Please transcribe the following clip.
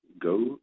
go